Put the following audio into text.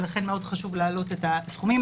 ולכן מאוד חשוב להעלות את הסכומים.